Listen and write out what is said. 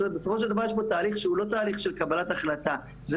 בסופו של דבר יש פה תהליך שהוא לא תהליך של קבלת החלטה: זה